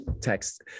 text